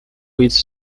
its